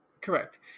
Correct